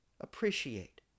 appreciate